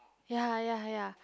ya ya ya